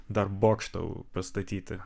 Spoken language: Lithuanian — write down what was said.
dar bokštą pastatyti